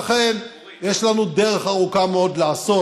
לכן, יש לנו דרך ארוכה מאוד לעשות,